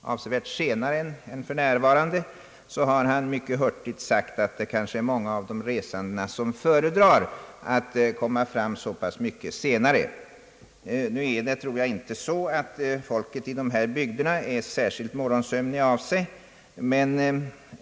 avsevärt senare, har distriktschefen — jag tror att det är distriktschefen i Göteborg — sagt mycket hurtigt att många resande kanske föredrar att komma fram så mycket senare. Nu är inte människorna i dessa bygder särskilt sömniga om morgnarna.